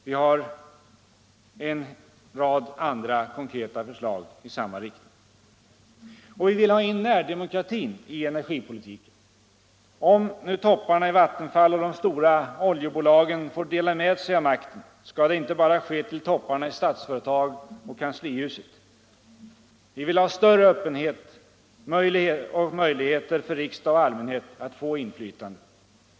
Vi har en rad andra konkreta förslag i samma riktning. Vi vill ha in närdemokrati i energipolitiken. Om nu topparna i Vattenfall och de stora oljebolagen får dela med sig av makten, skall det inte bara ske till topparna i Statsföretag och kanslihuset. Vi vill ha större öppenhet och möjligheter för riksdag och allmänhet att få inflytande.